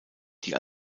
die